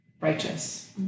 righteous